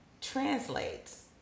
translates